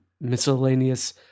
miscellaneous